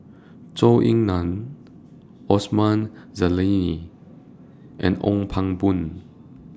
Zhou Ying NAN Osman Zailani and Ong Pang Boon